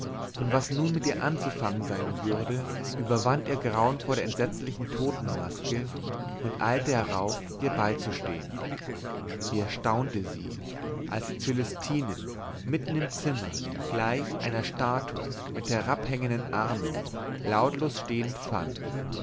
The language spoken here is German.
und was nun mit ihr anzufangen sein würde überwand ihr grauen vor der entsetzlichen totenmaske und eilte herauf ihr beizustehen wie erstaunte sie als sie cölestinen mitten im zimmer gleich einer statue mit herabhängenden armen lautlos stehend fand